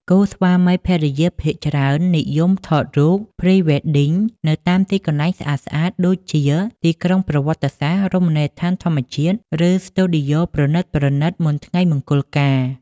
គូស្វាមីភរិយាភាគច្រើននិយមថតរូប Pre-Wedding នៅតាមទីកន្លែងស្អាតៗ ដូចជាទីក្រុងប្រវត្តិសាស្ត្រ រមណីយដ្ឋានធម្មជាតិ ឬស្ទូឌីយោប្រណិតៗ មុនថ្ងៃមង្គលការ ។